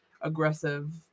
aggressive